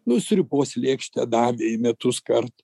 nu sriubos lėkštę davė į metus kartą